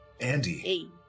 Andy